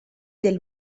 del